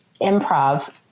improv